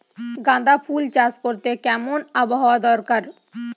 গাঁদাফুল চাষ করতে কেমন আবহাওয়া দরকার?